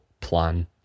plan